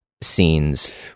scenes